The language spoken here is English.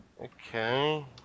Okay